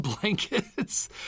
blankets